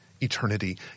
eternity